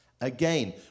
again